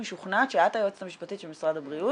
אוקיי, איזה משאבים נדרשים למשרד הבריאות?